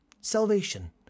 Salvation